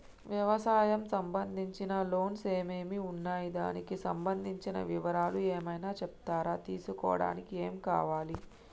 వ్యవసాయం సంబంధించిన లోన్స్ ఏమేమి ఉన్నాయి దానికి సంబంధించిన వివరాలు ఏమైనా చెప్తారా తీసుకోవడానికి ఏమేం కావాలి?